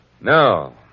No